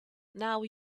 now